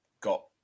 got